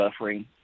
buffering